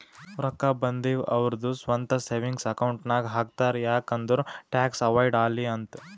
ರೊಕ್ಕಾ ಬಂದಿವ್ ಅವ್ರದು ಸ್ವಂತ ಸೇವಿಂಗ್ಸ್ ಅಕೌಂಟ್ ನಾಗ್ ಹಾಕ್ತಾರ್ ಯಾಕ್ ಅಂದುರ್ ಟ್ಯಾಕ್ಸ್ ಅವೈಡ್ ಆಲಿ ಅಂತ್